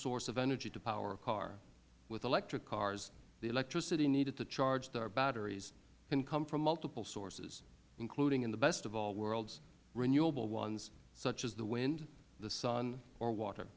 source of energy to power a car with electric cars the electricity needed to charge the batteries can come from multiple sources including in the best of all worlds renewable ones such as the wind the sun or water